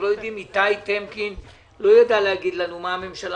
איתי טמקין לא ידע להגיד לנו מה הממשלה